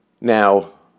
Now